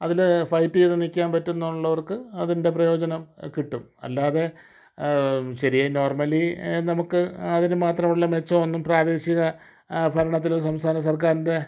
അതിൽ ഫൈറ്റ് ചെയ്തു നിൽക്കാൻ പറ്റുന്നുള്ളവർക്ക് അതിൻ്റെ പ്രയോജനം കിട്ടും അല്ലാതെ ശരിയായി നോർമലി നമുക്ക് അതിന് മാത്രമുള്ള മെച്ചമൊന്നും പ്രാദേശിക ഭരണത്തിലോ സംസ്ഥാന സർക്കാരിൻ്റെ